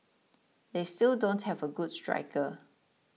they still don't have a good striker